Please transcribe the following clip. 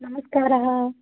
नमस्कारः